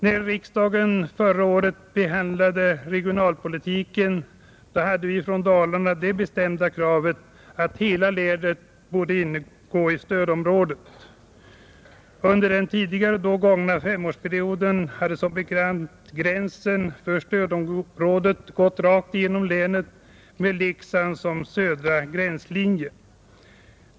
När riksdagen förra året behandlade regionalpolitiken, hade vi från Dalarna det bestämda kravet att hela länet borde ingå i stödområdet. Under den tidigare då gångna femårsperioden hade gränsen för stödområdet gått rakt igenom länet med Leksand som södra gränslinje.